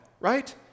right